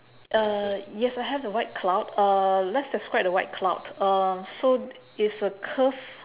uh yes I have the white cloud uh let's describe the white cloud uh so it's a curve